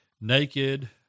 naked